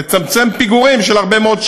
לצמצם פיגורים של הרבה מאוד שנים,